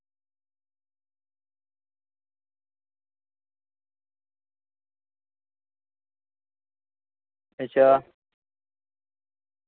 अच्छा